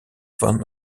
van